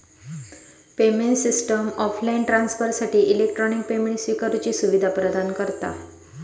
payment system offline ट्रांसफरसाठी electronic payment स्विकारुची सुवीधा प्रदान करता